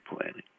planning